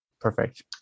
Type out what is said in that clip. Perfect